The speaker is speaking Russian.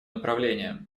направлениям